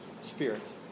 spirit